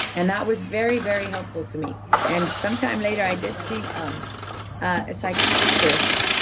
and that was very, very helpful to me and sometime later i did see um a psychiatrist,